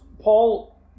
Paul